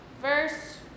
verse